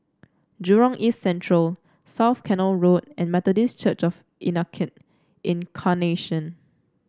Jurong East Central South Canal Road and Methodist Church Of Incarnation